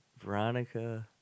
Veronica